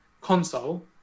console